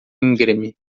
íngreme